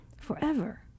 forever